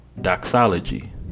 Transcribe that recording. doxology